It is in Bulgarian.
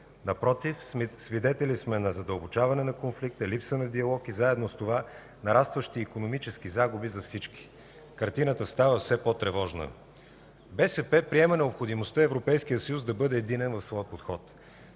Напротив, свидетели сме на задълбочаване на конфликта, липса на диалог и заедно с това – нарастващи икономически загуби за всички. Картината става все по-тревожна. БСП приема необходимостта Европейският съюз да бъде единен в своя подход,